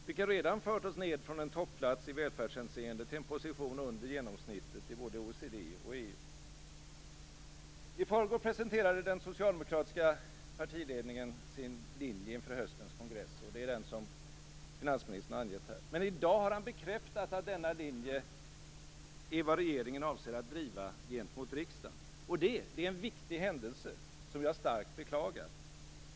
Det har redan har fört oss ned från en topplats i välfärdshänseende till en position under genomsnittet i både I förrgår presenterade den socialdemokratiska partiledningen sin linje för höstens kongress. Det är den som finansministern har angett här. Men i dag har han bekräftat att denna linje är vad regeringen avser att driva gentemot riksdagen. Det är en viktig händelse som jag starkt beklagar.